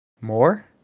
More